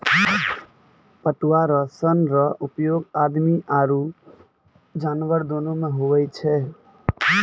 पटुआ रो सन रो उपयोग आदमी आरु जानवर दोनो मे हुवै छै